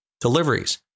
deliveries